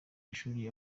mashuri